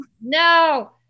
No